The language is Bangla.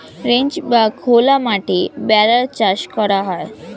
রেঞ্চ বা খোলা মাঠে ভেড়ার চাষ করা হয়